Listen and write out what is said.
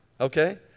Okay